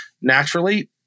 naturally